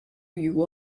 you